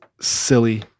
silly